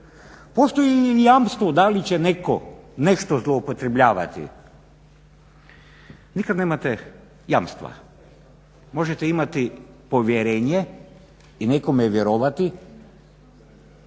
Postoji i jamstvo da li će netko nešto zloupotrebljavati. Nikad nemate jamstva. Možete imati povjerenje i nekome vjerovati